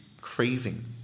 craving